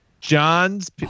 John's